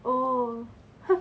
oh